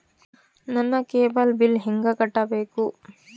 ನನ್ನ cable bill ಹೆಂಗ ಕಟ್ಟಬೇಕು?